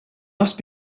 must